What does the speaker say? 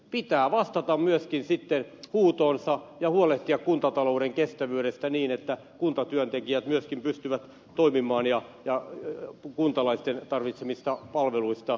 pitää vastata myöskin sitten huutoonsa ja huolehtia kuntatalouden kestävyydestä niin että kuntatyöntekijät myöskin pystyvät toimimaan ja kuntalaisten tarvitsemista palveluista huolehditaan